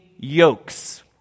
yokes